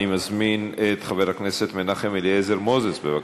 אני מזמין את חבר הכנסת מנחם אליעזר מוזס, בבקשה.